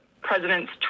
president's